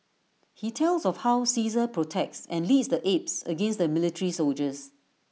he tells of how Caesar protects and leads the apes against the military soldiers